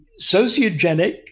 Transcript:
sociogenic